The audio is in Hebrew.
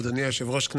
אדוני היושב-ראש,